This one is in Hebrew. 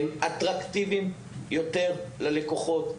הם אטרקטיביים יותר ללקוחות.